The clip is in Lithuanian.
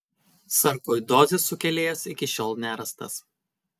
sarkoidozės sukėlėjas iki šiol nerastas